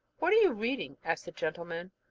what are you reading? asked the gentleman.